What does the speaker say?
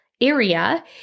area